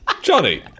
Johnny